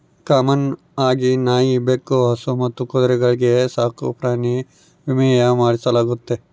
common ಆಗಿ ನಾಯಿ, ಬೆಕ್ಕು, ಹಸು ಮತ್ತು ಕುದುರೆಗಳ್ಗೆ ಸಾಕುಪ್ರಾಣಿ ವಿಮೇನ ಮಾಡಿಸಲಾಗ್ತತೆ